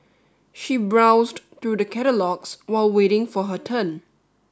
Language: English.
she browsed through the catalogues while waiting for her turn